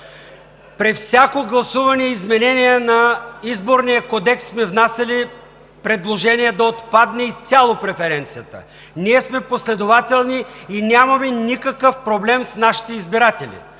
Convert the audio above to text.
При всяко гласуване и изменение на Изборния кодекс сме внасяли предложения да отпадне изцяло преференцията. Ние сме последователни и нямаме никакъв проблем с нашите избиратели.